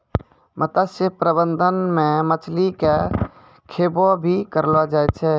मत्स्य प्रबंधन मे मछली के खैबो भी करलो जाय